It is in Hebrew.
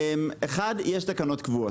אחת, יש תקנות קבועות.